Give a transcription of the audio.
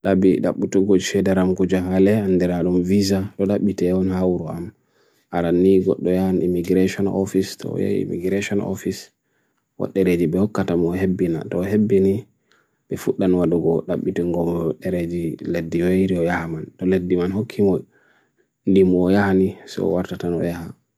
Dabi daputu gwchhe daram gwja hale, an dera lume visa, lulab bite on hawro am. Arani gwt doyan immigration office, doya immigration office. Wad dere di ba hukata mohebina, doha hebini, bifuk dan wad o gwt, daputu nga mohebina. Dere di led di weirio ya man, do led di man ho ke mohebini mohebini, so wad tato noeha.